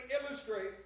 illustrate